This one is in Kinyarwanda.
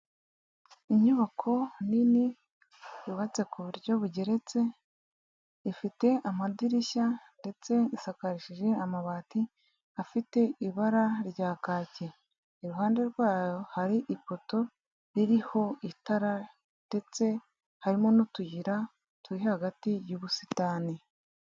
Inyubako nini yubatse ku buryo bugeretse, ifite amadirishya ndetse isakarishije amabati afite ibara rya kaki, iruhande rwayo hari ipoto ririho itara ndetse harimo n'utuyira turi hagati y'ubusitani.